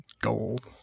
gold